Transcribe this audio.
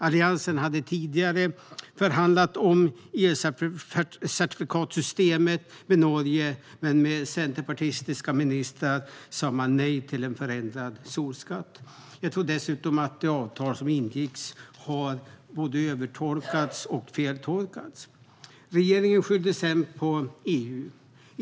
Alliansen hade tidigare förhandlat om elcertifikatssystemet med Norge, men med centerpartistiska ministrar sa man nej till en förändrad solskatt. Jag tror dessutom att det avtal som ingicks både har övertolkats och feltolkats. Regeringen skyllde sedan på EU.